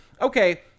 okay